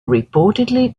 reportedly